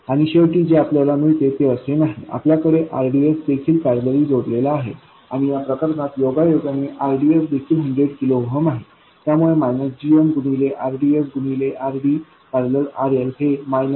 आणि शेवटी जे आपल्याला मिळते ते असे नाही आपल्याकडे rdsदेखील पॅरलली जोडलेला आहे आणि या प्रकरणात योगायोगाने rds देखील 100 किलो ओहम् आहे त्यामुळे gm गुणिले rdsगुणिले RDपॅरलल RL हे 6